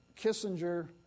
Kissinger